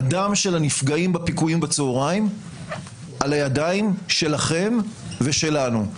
הדם של הנפגעים בפיגועים בצוהריים על הידיים שלכם ושלנו.